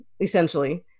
essentially